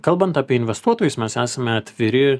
kalbant apie investuotojus mes esame atviri